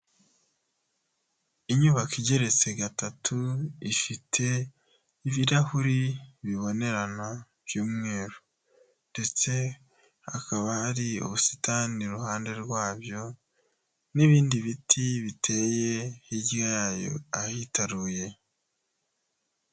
Inyubako igeretse gatatu ifite ibirahuri bibonerana by'umweru, ndetse hakaba hari ubusitani iruhande rwabyo n'ibindi biti biteye hirya yayo ahitaruye.